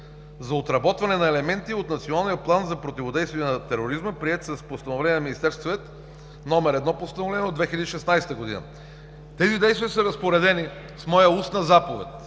за отработване на елементи от Националния план за противодействие на тероризма, приет с Постановление на Министерския съвет № 1 от 2016 г. Тези действия са разпоредени с моя устна заповед